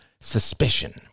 suspicion